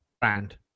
brand